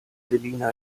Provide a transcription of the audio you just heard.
selina